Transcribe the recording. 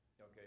Okay